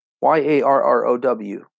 Y-A-R-R-O-W